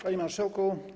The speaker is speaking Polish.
Panie Marszałku!